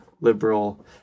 liberal